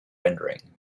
rendering